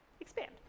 Expand